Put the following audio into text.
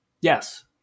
Yes